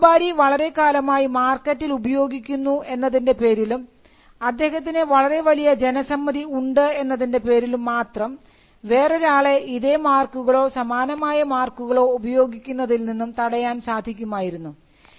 അത് വ്യാപാരി വളരെക്കാലമായി മാർക്കറ്റിൽ ഉപയോഗിക്കുന്നു എന്നതിൻറെ പേരിലും അദ്ദേഹത്തിന് വളരെ വലിയ ജനസമ്മതി ഉണ്ട് എന്നതിൻറെ പേരിലും മാത്രം വേറൊരാളെ ഇതേ മാർക്കുകളോ സമാനമായ മാർക്കുകളോ ഉപയോഗിക്കുന്നതിൽ നിന്നും തടയാൻ സാധിക്കുമായിരുന്നു